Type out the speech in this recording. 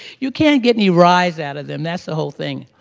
you can't get any rise out of them, that's the whole thing.